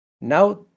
Now